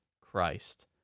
Christ